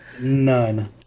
none